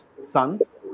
sons